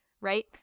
right